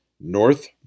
North